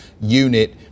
unit